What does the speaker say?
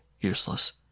useless